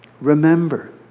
Remember